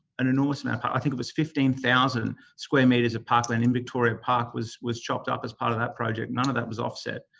an enormous amount of park, i think it was fifteen thousand square metres of parkland in victoria park was was chopped up as part of that project. none of that was offset.